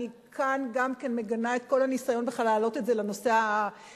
אני מגנה מכאן כל ניסיון בכלל להעביר את זה לנושא העדתי.